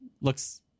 Looks